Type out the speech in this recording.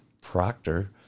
proctor